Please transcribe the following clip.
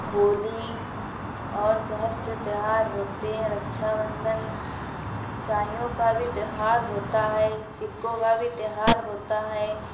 ہولی اور بہت سے تیوہار ہوتے ہیں رکشا بندھن عیسائیوں کا بھی تیوہار ہوتا ہے سکھوں کا بھی تیویار ہوتا ہے